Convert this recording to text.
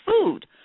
food